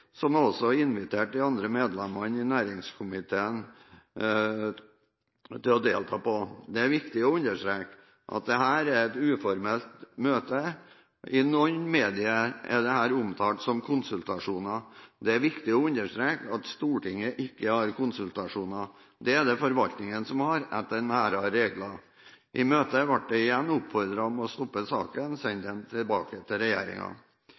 som jeg også inviterte de andre medlemmene i næringskomiteen til å delta på. Det er viktig å understreke at dette er et uformelt møte. I noen medier er dette omtalt som konsultasjoner. Det er viktig å understreke at Stortinget ikke har konsultasjoner, det er det forvaltningen som har – etter nærmere regler. I møtet ble det igjen oppfordret til å stoppe saken og sende den tilbake til